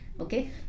Okay